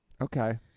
Okay